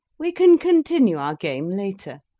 we can continue our game later.